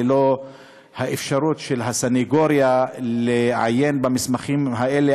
ללא אפשרות של הסנגוריה לעיין במסמכים האלה,